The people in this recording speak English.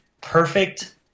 perfect